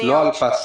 ולא על פסטה.